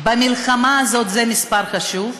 במלחמה הזאת, זה מספר חשוב,